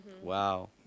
Wow